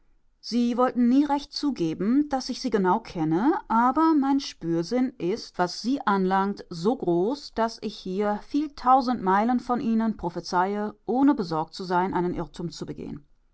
sie wollen nie recht zugeben daß ich sie genau kenne aber mein spürsinn ist was sie anlangt so groß daß ich hier viel tausend meilen von ihnen prophezeie ohne besorgt zu sein einen irrtum zu begehen